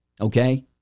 Okay